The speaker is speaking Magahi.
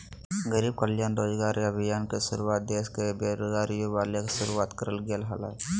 गरीब कल्याण रोजगार अभियान के शुरुआत देश के बेरोजगार युवा ले शुरुआत करल गेलय हल